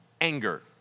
anger